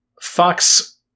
Fox